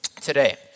today